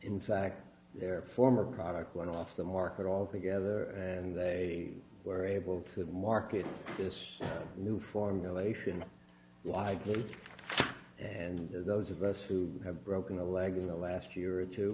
in fact their former product went off the market altogether and they were able to market this new formulation widely and those of us who have broken a leg in the last year or two